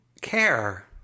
Care